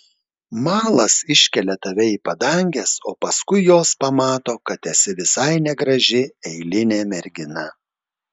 malas iškelia tave į padanges o paskui jos pamato kad esi visai negraži eilinė mergina